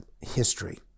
history